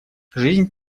жизнь